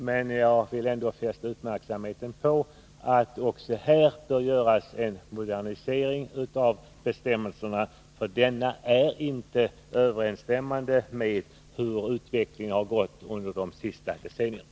Men jag vill fästa uppmärksamheten på att det behövs en modernisering av bestämmelserna, eftersom de inte stämmer med utvecklingen under de senaste decennierna.